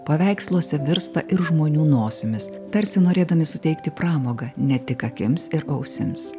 paveiksluose virsta ir žmonių nosimis tarsi norėdami suteikti pramogą ne tik akims ir ausims